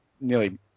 nearly